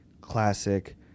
Classic